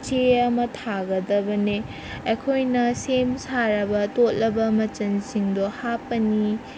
ꯆꯦ ꯑꯃ ꯊꯥꯒꯗꯕꯅꯦ ꯑꯩꯈꯣꯏꯅ ꯁꯦꯝ ꯁꯥꯔꯕ ꯇꯣꯠꯂꯕ ꯃꯆꯟꯁꯤꯡꯗꯣ ꯍꯥꯞꯄꯅꯤ